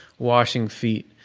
washing feet?